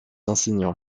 enseignants